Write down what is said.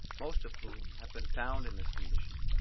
most of whom have been found in this condition,